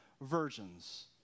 virgins